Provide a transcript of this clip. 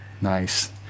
Nice